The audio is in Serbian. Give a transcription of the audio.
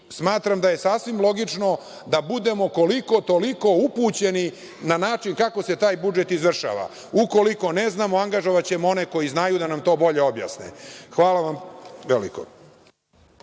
smatram da je sasvim logično da budemo, koliko toliko, upućeni na način kako se taj budžet izvršava. Ukoliko ne znamo, angažovaćemo one koji znaju, da nam to bolje objasne. Hvala vam veliko.